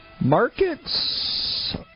Markets